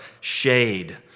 shade